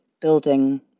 building